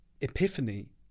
epiphany